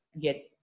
get